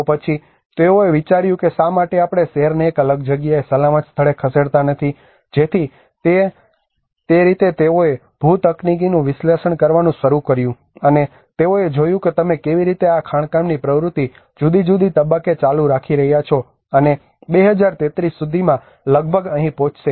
તો પછી તેઓએ વિચાર્યું કે શા માટે આપણે શહેરને એક અલગ જગ્યાએ સલામત સ્થળે ખસેડતા નથી જેથી તે રીતે તેઓએ ભૂ તકનીકીનું વિશ્લેષણ કરવાનું શરૂ કર્યું અને તેઓએ જોયું કે તમે કેવી રીતે આ ખાણકામની પ્રવૃત્તિ જુદી જુદી તબક્કે ચાલુ રાખી રહ્યા છો અને 2033 સુધીમાં લગભગ અહીં પહોંચશે